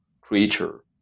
creature